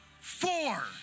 Four